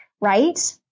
right